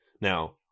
Now